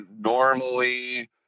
normally